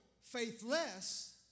faithless